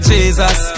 Jesus